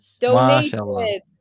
donated